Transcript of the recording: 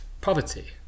poverty